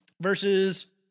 versus